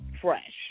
fresh